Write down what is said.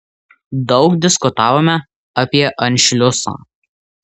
daug diskutavome apie anšliusą